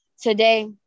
today